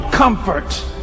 comfort